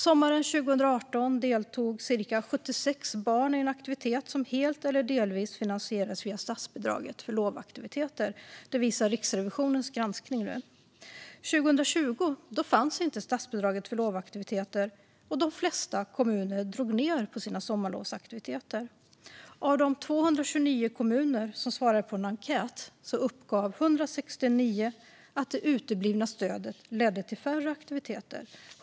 Sommaren 2018 deltog cirka 76 000 barn i en aktivitet som helt eller delvis finansierades via statsbidraget för lovaktiviteter. Det visar Riksrevisionens granskning. År 2020 fanns inte statsbidraget för lovaktiviteter, och de flesta kommuner drog ned på sina sommarlovsaktiviteter. Av de 229 kommuner som svarade på en enkät uppgav 169 att det uteblivna stödet ledde till färre aktiviteter.